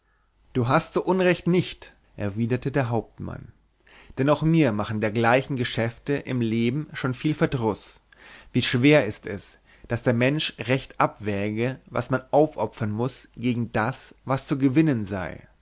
du hast so unrecht nicht erwiderte der hauptmann denn auch mir machten dergleichen geschäfte im leben schon viel verdruß wie schwer ist es daß der mensch recht abwäge was man aufopfern muß gegen das was zu gewinnen ist